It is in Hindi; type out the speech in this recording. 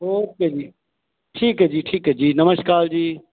ओके जी ठीक है जी ठीक है जी नमस्कार जी